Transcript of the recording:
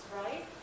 right